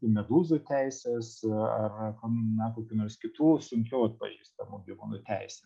medūzų teises ar na kokių nors kitų sunkiau atpažįstamų gyvūnų teisę